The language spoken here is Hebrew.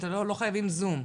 לא חייבים זום.